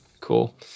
Cool